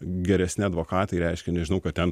geresni advokatai reiškia nežinau kad ten